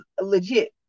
legit